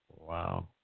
wow